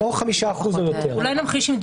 מי שמכהן בעצמו כדירקטור או מנכ"ל.